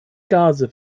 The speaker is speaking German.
gase